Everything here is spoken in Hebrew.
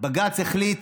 בג"ץ החליט